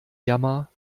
jammer